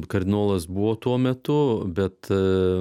kardinolas buvo tuo metu bet